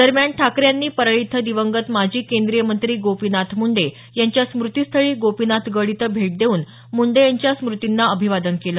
दरम्यान ठाकरे यांनी परळी इथं दिवंगत माजी केंद्रीय मंत्री गोपीनाथ मुंडे यांच्या स्मूतीस्थळी गोपीनाथगड इथं भेट देऊन मुंडे यांच्या स्मूतींना अभिवादन केलं